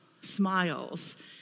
smiles